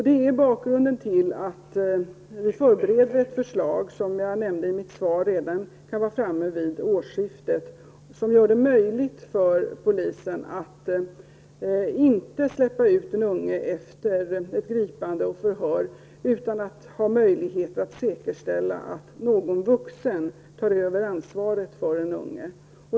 Detta är bakgrunden till att regeringen förbereder ett förslag som redan kan vara framme vid årsskiftet, vilket jag nämnde i mitt svar, som gör det möjligt för polisen att inte släppa ut den unge efter ett gripande och förhör om man inte har möjlighet att säkerställa att en vuxen tar över ansvaret för den unge.